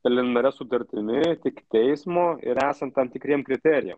preliminaria sutartimi tik teismo ir esant tam tikriem kriterijam